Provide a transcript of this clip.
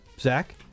Zach